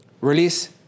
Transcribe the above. Release